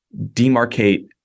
demarcate